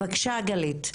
בבקשה גלית.